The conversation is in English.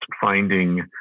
finding